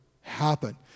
happen